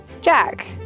Jack